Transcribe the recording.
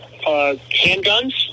handguns